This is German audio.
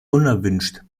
unerwünscht